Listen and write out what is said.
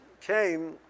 came